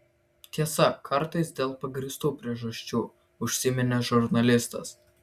tiesa kartais dėl pagrįstų priežasčių užsiminė žurnalistas